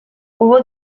hubo